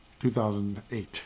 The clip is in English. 2008